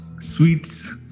sweets